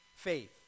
Faith